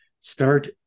start